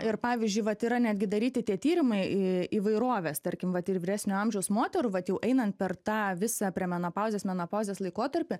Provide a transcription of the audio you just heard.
ir pavyzdžiui vat yra netgi daryti tie tyrimai įvairovės tarkim vat ir vyresnio amžiaus moterų vat jau einant per tą visą premenopauzės menopauzės laikotarpį